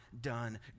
done